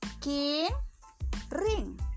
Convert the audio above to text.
King-ring